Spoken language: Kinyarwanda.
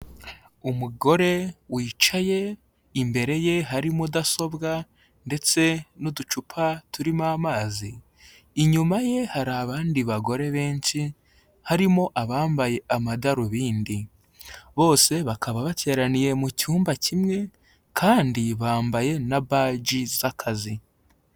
Umugore wicaye, imbere ye hari mudasobwa ndetse n'uducupa turimo amazi. Inyuma ye hari abandi bagore benshi, harimo abambaye amadarubindi. Bose bakaba bateraniye mu cyumba kimwe, kandi bambaye na baji z'akazi.